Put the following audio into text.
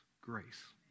grace